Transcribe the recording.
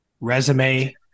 resume